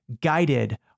guided